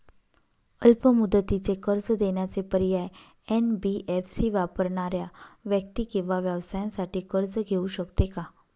अल्प मुदतीचे कर्ज देण्याचे पर्याय, एन.बी.एफ.सी वापरणाऱ्या व्यक्ती किंवा व्यवसायांसाठी कर्ज घेऊ शकते का?